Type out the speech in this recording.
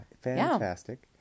Fantastic